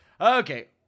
Okay